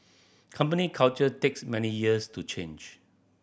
company culture takes many years to change